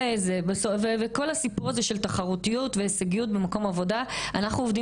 כל הסיפור הזה של תחרותיות והישגיות במקום עבודה - אנחנו עובדים